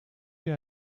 wir